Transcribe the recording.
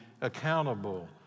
accountable